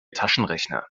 taschenrechner